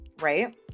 Right